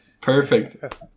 Perfect